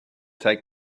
take